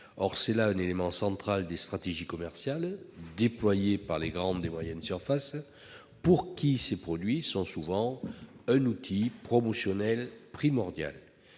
Or c'est là un élément central des stratégies commerciales déployées par les grandes et moyennes surfaces, pour qui ces produits sont souvent un outil promotionnel primordial.